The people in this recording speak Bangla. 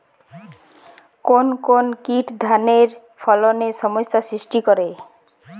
কোন কোন কীট ধানের ফলনে সমস্যা সৃষ্টি করে?